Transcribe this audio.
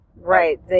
right